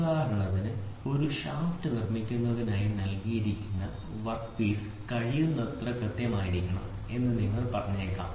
ഉദാഹരണത്തിന് ഒരു ഷാഫ്റ്റ് നിർമ്മിക്കുന്നതിനായി നൽകിയിരിക്കുന്ന വർക്ക് പീസ് കഴിയുന്നത്ര കൃത്യമായിരിക്കണം എന്ന് നിങ്ങൾ പറഞ്ഞേക്കാം